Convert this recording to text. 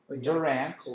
Durant